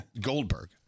Goldberg